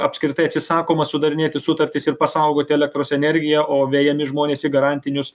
apskritai atsisakoma sudarinėti sutartis ir pasaugoti elektros energiją o vejami žmonės į garantinius